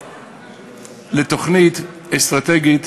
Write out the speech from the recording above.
על תוכנית אסטרטגית